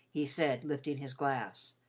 he said, lifting his glass,